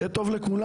שיהיה טוב לכולנו.